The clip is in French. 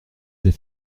des